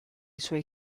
suoi